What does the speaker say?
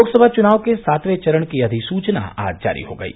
लोकसभा चुनाव के सातवें चरण की अधिसूचना आज जारी हो गयी